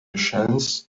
chance